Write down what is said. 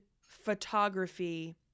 photography